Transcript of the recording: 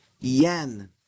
yen